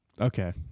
Okay